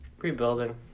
Rebuilding